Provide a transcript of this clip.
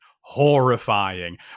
Horrifying